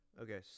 Okay